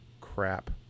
crap